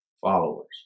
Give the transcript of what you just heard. followers